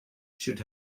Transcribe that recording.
should